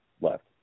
left